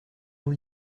vous